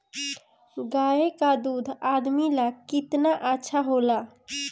गाय का दूध आदमी ला कितना अच्छा होला?